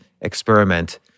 experiment